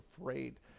afraid